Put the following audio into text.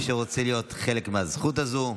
מי שרוצה להיות חלק מהזכות הזו.